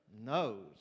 knows